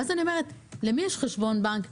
ואני שואלת: למי יש חשבון בנק?